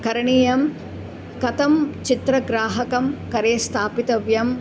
करणीयं कथं चित्रग्राहकं करे स्थापितव्यम्